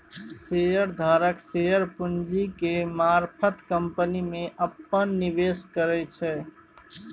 share धारक share पूंजी के मारफत कंपनी में अप्पन निवेश करै छै